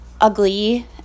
ugly